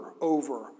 over